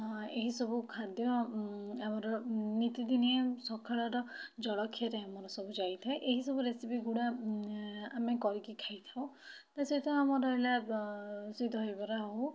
ଏହିସବୁ ଖାଦ୍ୟ ଆମର ନିତିଦିନିଆ ସକାଳର ଜଳଖିଆରେ ଆମର ସବୁ ଯାଇଥାଏ ଏହି ସବୁ ରେସିପିଗୁଡ଼ା ଆମେ କରିକି ଖାଇଥାଉ ତା' ସହିତ ଆମର ହେଲା ସେ ଦହିବରା ହେଉ